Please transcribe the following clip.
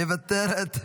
מוותרת,